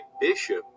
bishop